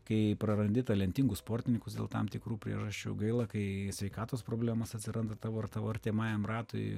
kai prarandi talentingus sportininkus dėl tam tikrų priežasčių gaila kai sveikatos problemos atsiranda tavo ar tavo artimajam ratui